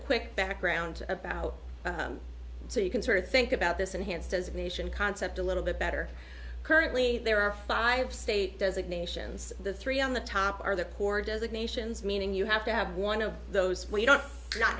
quick background about so you can sort of think about this enhanced as a nation concept a little bit better currently there are five state designate the three on the top are the poor designations meaning you have to have one of those we don't